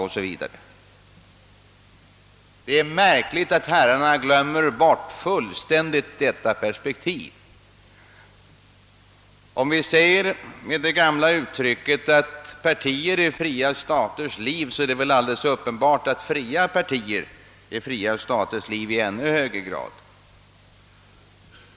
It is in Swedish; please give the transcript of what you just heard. Det är märkligt att herrarna fullständigt glömmer bort detta perspektiv. Ett gammalt uttryck säger att partier är fria staters liv, Det är väl då alldeles uppenbart att fria partier är fria staters liv i ännu högre grad.